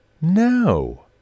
No